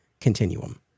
continuum